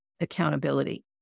accountability